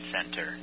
center